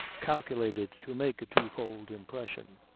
calculated to make a twofold impression.